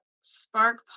Spark